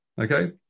Okay